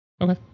Okay